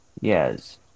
yes